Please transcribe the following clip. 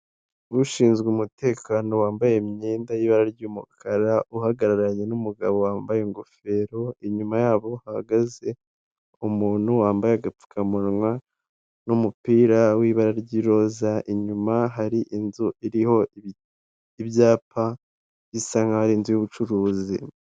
Ushinzwe umutekano wambaye imyenda y'ibara ry'umukara, uhagararanye n'umugabo wambaye ingofero, inyuma yabo hahagaze umuntu wambaye agapfukamunwa n'umupira w'ibara ry'iroza, inyuma hari inzu iriho ibyapa bisa nk'aho ari inzu y'ubucuruzi.